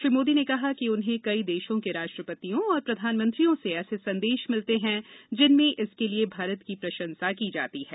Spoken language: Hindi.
श्री मोदी ने कहा कि उन्हें कई देशों के राष्ट्रपतियों और प्रधानमंत्रियों से ऐसे संदेश मिलते हैं जिनमें इसके लिए भारत की प्रशंसा की जाती है